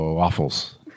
waffles